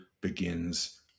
begins